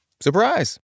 Surprise